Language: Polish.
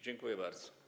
Dziękuję bardzo.